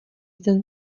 den